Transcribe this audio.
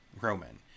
Roman